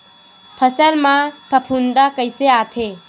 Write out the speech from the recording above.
फसल मा फफूंद कइसे आथे?